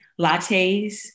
lattes